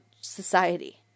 society